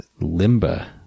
Limba